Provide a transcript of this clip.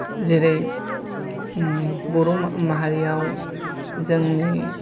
जेरै बर' माहारियाव जोंनि